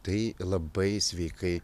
tai labai sveikai